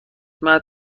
متن